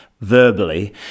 verbally